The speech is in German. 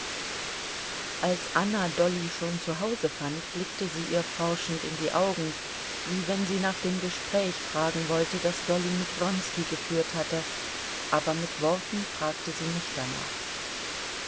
als anna dolly schon zu hause fand blickte sie ihr forschend in die augen wie wenn sie nach dem gespräch fragen wollte das dolly mit wronski geführt hatte aber mit worten fragte sie nicht danach